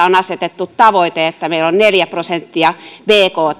on asetettu tavoite että meillä tutkimus ja tuotekehitysmenot ovat neljä prosenttia bktsta